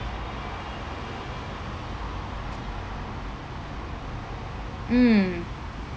mm